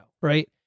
right